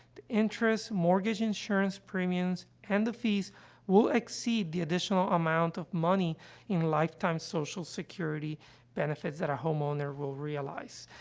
interest, mortgage insurance premiums, and the fees will exceed the additional amount of money in lifetime social security benefits that a homeowner will realize.